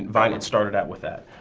vine it started out with that.